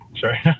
sorry